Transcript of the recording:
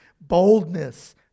Boldness